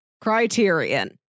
Criterion